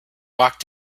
walked